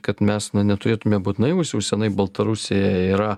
kad mes na neturėtume būt naivūs jau senai baltarusija yra